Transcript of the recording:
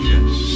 Yes